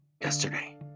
Yesterday